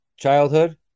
childhood